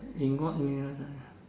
in god new years !aiya!